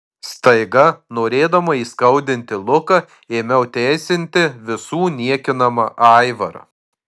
staiga norėdama įskaudinti luką ėmiau teisinti visų niekinamą aivarą